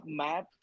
map